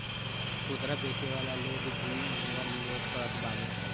खुदरा बेचे वाला लोग भी इहवा निवेश करत बाने